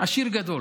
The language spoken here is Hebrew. גדול